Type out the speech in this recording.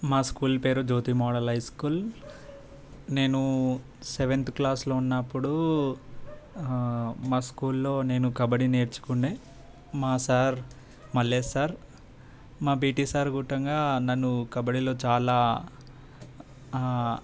మా స్కూల్ పేరు Jyothi model high school నేను సెవెంత్ క్లాస్లో ఉన్నప్పుడు మా స్కూల్లో నేను కబడ్డీ నేర్చుకునే మా సార్ మల్లేష్ సార్ మా పిటి సార్ గుట్టంగా నన్ను కబడ్డీలో చాలా